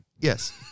Yes